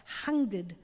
hungered